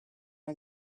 una